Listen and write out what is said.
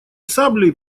саблей